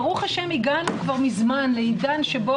ברוך השם הגענו כבר מזמן לעידן שבו